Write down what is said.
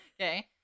Okay